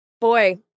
boy